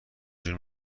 جور